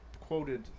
quoted